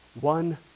one